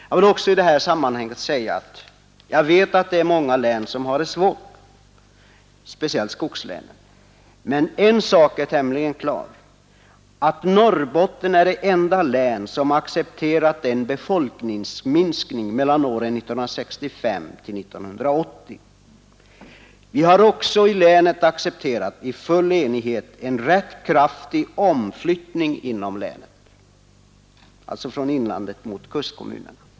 Jag vill i detta sammanhang säga att jag vet att det är många län som har det svårt, speciellt skogslänen, men en sak är tämligen klar och det är att Norrbotten är det enda län som har accepterat en befolkningsminskning under åren mellan 1965 och 1980. Vi har också i full enighet accepterat en rätt kraftig omflyttning inom länet, alltså från inland mot kustkommuner.